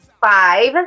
five